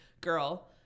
girl